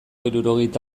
hirurogeita